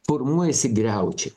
formuojasi griaučiai